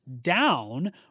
down